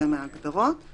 זה מההגדרות.